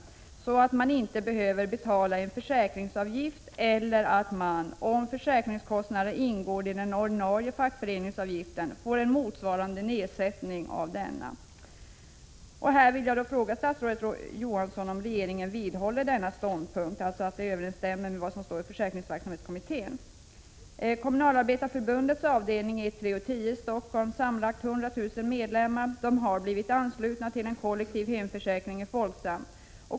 Man behöver inte betala en försäkringsavgift, och om försäkringskostnaderna ingår i den ordinarie fackföreningsavgiften, får man en motsvarande nedsättning av denna. Här vill jag fråga statsrådet Johansson om regeringen vidhåller sin ståndpunkt att detta överensstämmer med vad som står i försäkringsverksamhetskommitténs betänkande. Kommunalarbetareförbundets avdelningar 1, 3 och 10 i Stockholm med sammanlagt 100 000 medlemmar har blivit anslutna till en kollektiv hemförsäkring i Folksam.